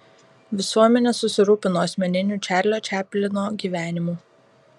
visuomenė susirūpino asmeniniu čarlio čaplino gyvenimu